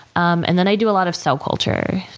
um and then i do a lot of cell culture.